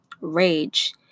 rage